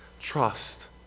Trust